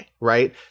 right